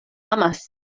amas